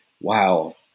wow